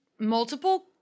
Multiple